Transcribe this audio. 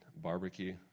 barbecue